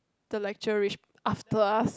the lecturer reached after us